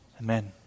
Amen